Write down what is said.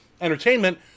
entertainment